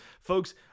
Folks